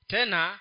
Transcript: Tena